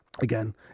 Again